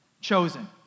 chosen